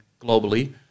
globally